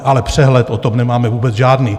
Ale přehled o tom nemáme vůbec žádný.